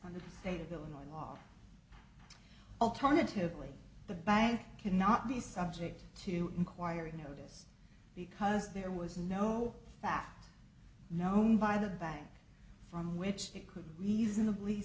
on the state of illinois law alternatively the bank cannot be subject to inquiry notice because there was no fact known by the back from which they could reasonably